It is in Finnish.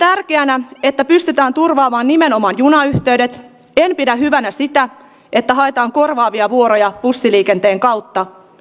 tärkeänä että pystytään turvaamaan nimenomaan junayhteydet en pidä hyvänä sitä että haetaan korvaavia vuoroja bussiliikenteen kautta